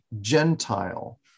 Gentile